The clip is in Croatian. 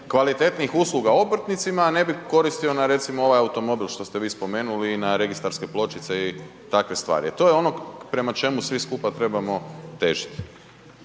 kvalitetnih usluga obrtnicima, a ne bi koristio recimo na ovaj automobil što ste vi spomenuli i na registarske pločice i takve stvari. To je ono prema čemu svi skupa trebamo težiti.